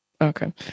Okay